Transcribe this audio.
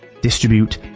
distribute